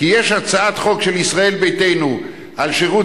כי יש הצעת חוק של ישראל ביתנו על שירות